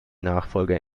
nachfolger